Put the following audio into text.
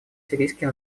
сирийский